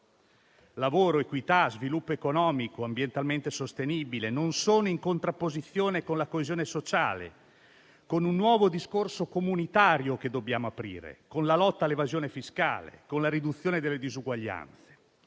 Lavoro, equità, sviluppo economico ambientalmente sostenibile non sono in contrapposizione con la coesione sociale, con l'apertura di un nuovo discorso comunitario, con la lotta all'evasione fiscale, con la riduzione delle disuguaglianze.